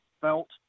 felt